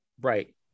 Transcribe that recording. Right